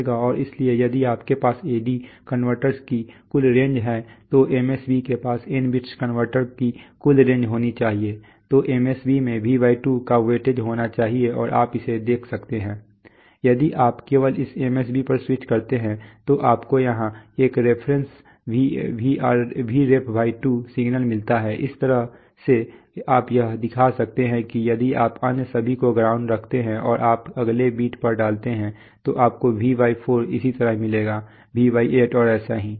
और इसलिए यदि आपके पास AD कन्वर्टर्स की कुल रेंज है तो MSB के पास n बिट्स कन्वर्टर्स की कुल रेंज होनी चाहिए तो MSB में V2 का वेटेज होना चाहिए और आप इसे देख सकते हैं यदि आप केवल इस MSB पर स्विच करते हैं तो आपको यहाँ एक Vref2 सिग्नल मिलता है इस तरह से आप यह दिखा सकते हैं कि यदि आप अन्य सभी को ग्राउंडेड रखते हैं और आप अगले बिट पर डालते हैं तो आपको V4 इसी तरह मिलेगा V8 और ऐसे ही